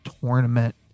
tournament